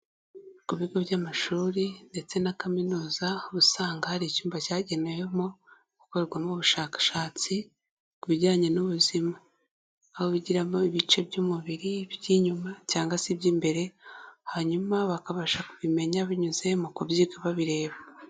Ku bigo by'amashuri, ndetse na kaminuza. Ubusanga hari icyumba cyagenewemo, gukorwamo ubushakashatsi ku bijyanye n'ubuzima. Aho bigiramo ibice by'umubiri by'inyuma, cyangwa se iby'imbere. Hanyuma bakabasha kubimenya binyuze mu kubyiga babireba.